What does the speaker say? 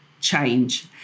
change